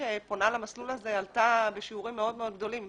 שפונה למסלול הזה עלה בשיעורים מאוד מאוד גדולים.